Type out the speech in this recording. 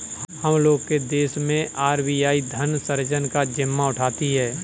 हम लोग के देश मैं आर.बी.आई धन सृजन का जिम्मा उठाती है